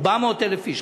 400,000 איש,